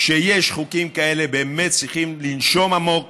כשיש חוקים כאלה, באמת צריכים לנשום עמוק